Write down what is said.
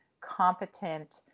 competent